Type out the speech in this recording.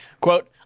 quote